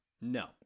no